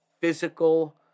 physical